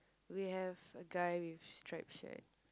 we have a guy with striped shirt